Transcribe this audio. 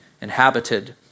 inhabited